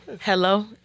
Hello